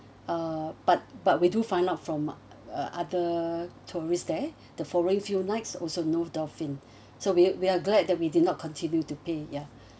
uh but but we do find out from uh other tourists there the following few nights also no dolphin so we're we're glad that we did not continue to pay ya